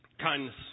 kindness